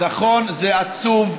נכון, זה עצוב.